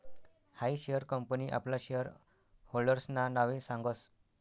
हायी share company आपला share होल्डर्सना नावे सांगस